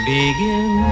begin